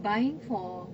buying for